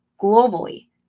globally